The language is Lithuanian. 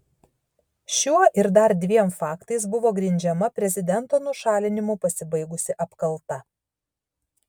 šiuo ir dar dviem faktais buvo grindžiama prezidento nušalinimu pasibaigusi apkalta